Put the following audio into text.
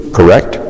Correct